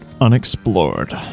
unexplored